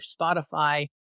Spotify